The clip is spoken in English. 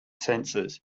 senses